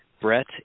Brett